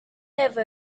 have